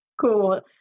Cool